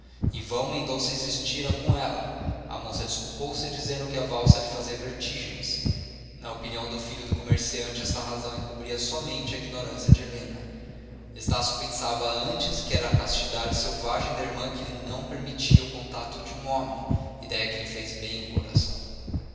em vão mendonça insistira com ela a moça desculpou-se dizendo que a valsa lhe fazia vertigens na opinião do filho do comerciante esta razão encobria somente a ignorância de helena estácio pensava antes que era a castidade selvagem da irmã que lhe não permitia o contato de um homem idéia que lhe fez bem ao coração